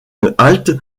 halte